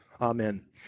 Amen